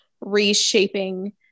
reshaping